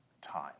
time